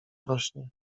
rośnie